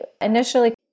initially